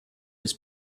his